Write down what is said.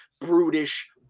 brutish